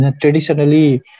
Traditionally